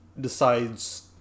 decides